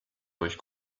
durch